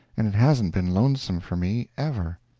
and it hasn't been lonesome for me, ever.